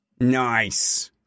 Nice